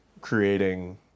creating